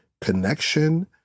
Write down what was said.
connection